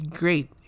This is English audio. great